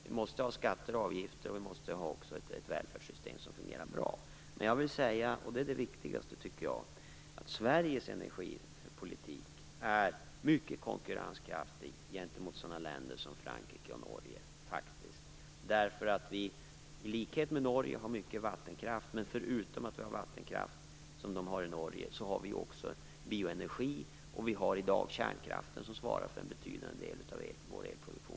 Vi måste ha skatter och avgifter, och vi måste också ha ett välfärdssystem som fungerar bra. Jag vill säga, och det är det viktigaste tycker jag, att Sveriges energipolitik faktiskt är mycket konkurrenskraftig gentemot sådana länder som Frankrike och Norge. I likhet med Norge har vi mycket vattenkraft, men förutom att vi har vattenkraft, som de har i Norge, har vi också bioenergi. Vi har i dag också kärnkraften, som svarar för en betydande del av vår elproduktion.